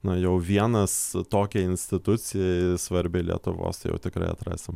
na jau vienas tokiai institucijai svarbiai lietuvos tai jau tikrai atrasim